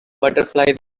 butterflies